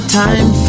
time